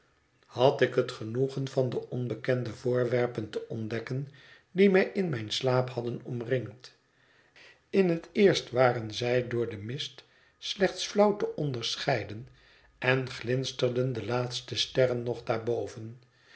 had ik het genoegen van de onbekende voorwerpen te ontdekken die mij in mijn slaap hadden omringd in het eerst waren zij door den mist slechts flauw te onderscheiden en glinsterden de laatste sterren nog